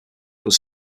was